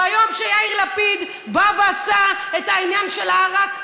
ביום שיאיר לפיד בא ועשה את העניין של העראק,